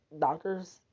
doctors